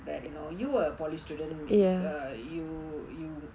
that you know you were a polytechnic student uh you you